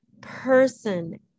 person